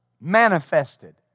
manifested